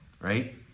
right